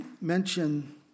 mention